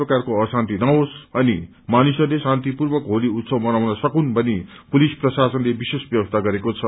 प्रकारको अशान्ति नहोस अनि मानिसहरूले शान्तिपूर्वक होली उत्ससव मनाउन सकून भनी पुलिस प्रशासनले विशेष व्यवस्था गरेको छ